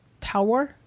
tower